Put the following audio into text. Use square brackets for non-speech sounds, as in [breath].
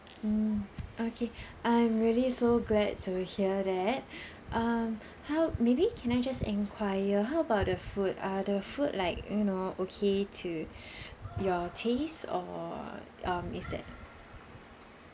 mm okay I'm really so glad to hear that [breath] um how maybe can I just enquire how about the food are the food like you know okay to [breath] your taste or um is that